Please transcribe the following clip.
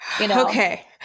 okay